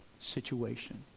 situation